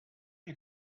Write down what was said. you